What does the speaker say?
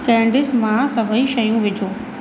candies मां सभई शयूं विझो